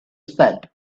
said